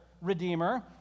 redeemer